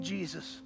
Jesus